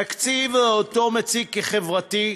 התקציב, הוא מציג אותו כחברתי,